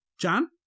John